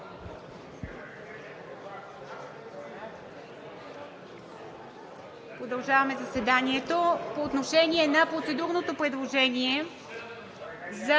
Продължаваме заседанието. По отношение на процедурното предложение за